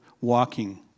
walking